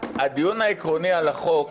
הדיון העקרוני על החוק,